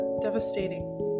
devastating